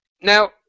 Now